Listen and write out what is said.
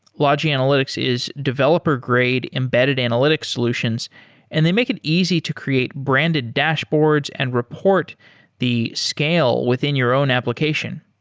logi analytics is developer grade embedded analytics solutions and they make it easy to create branded dashboards and report the scale within your own application.